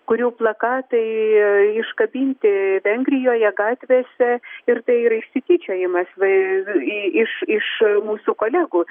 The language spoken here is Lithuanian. kurių plakatai iškabinti vengrijoje gatvėse ir tai yra išsityčiojimas va iš iš mūsų kolegų